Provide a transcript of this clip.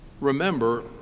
Remember